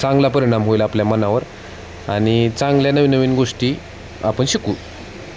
चांगला परिणाम होईल आपल्या मनावर आणि चांगल्या नवीननवीन गोष्टी आपण शिकू